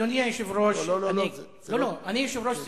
אדוני היושב-ראש, אני יושב-ראש סיעה,